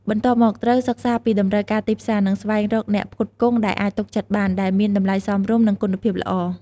បន្ទាប់មក ត្រូវសិក្សាពីតម្រូវការទីផ្សារ និងស្វែងរកអ្នកផ្គត់ផ្គង់ដែលអាចទុកចិត្តបាន ដែលមានតម្លៃសមរម្យ និងគុណភាពល្អ។